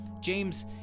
James